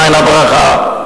מאין הברכה?